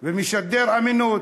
ומשדר אמינות.